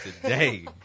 today